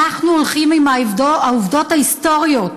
אנחנו הולכים עם העובדות ההיסטוריות